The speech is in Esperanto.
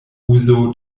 uzo